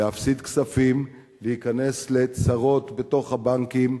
להפסיד כספים, להיכנס לצרות בבנקים,